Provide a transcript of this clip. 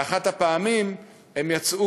באחת הפעמים הם יצאו,